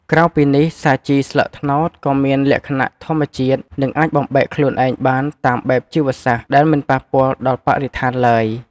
ក្រៅពីនេះ សាជីស្លឹកត្នោតក៏មានលក្ខណៈធម្មជាតិ និងអាចបំបែកខ្លួនឯងបានតាមបែបជីវសាស្ត្រ ដែលមិនប៉ះពាល់ដល់បរិស្ថានឡើយ។